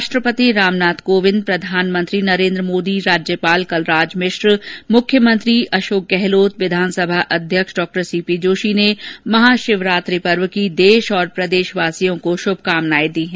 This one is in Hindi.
राष्ट्रपति रामनाथ कोविंद प्रधानमंत्री नरेन्द्र मोदी राज्यपाल कलराज मिश्र मुख्यमंत्री अशोक गहलोत विधानसभा अध्यक्ष डॉ सी पी जोशी ने महाशिवरात्रि पर्व की देश प्रदेशवासियों को शुभकामनाएं दी हैं